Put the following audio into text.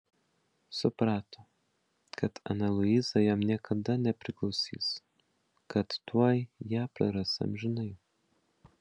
suprato kad ana luiza jam niekada nepriklausys kad tuoj ją praras amžinai